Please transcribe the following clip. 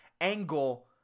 angle